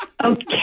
Okay